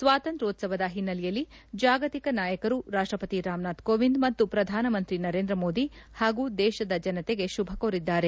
ಸ್ವಾತಂತ್ರ್ಕ್ಷ್ಮೇತ್ಸವದ ಹಿನ್ನೆಲೆಯಲ್ಲಿ ಜಾಗತಿಕ ನಾಯಕರು ರಾಷ್ಟಪತಿ ರಾಮನಾಥ್ ಕೋವಿಂದ್ ಮತ್ತು ಪ್ರಧಾನಮಂತ್ರಿ ನರೇಂದ್ರ ಮೋದಿ ಹಾಗೂ ದೇಶದ ಜನತೆಗೆ ಶುಭ ಕೋರಿದ್ದಾರೆ